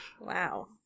wow